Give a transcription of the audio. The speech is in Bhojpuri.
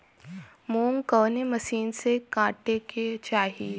मूंग कवने मसीन से कांटेके चाही?